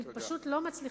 אני פשוט לא מצליחה,